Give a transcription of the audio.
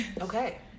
Okay